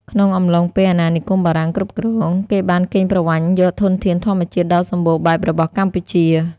ក្នុងអំឡុងពេលអាណានិគមបារាំងគ្រប់គ្រង គេបានគេងប្រវ័ញ្ចយកធនធានធម្មជាតិដ៏សម្បូរបែបរបស់កម្ពុជា។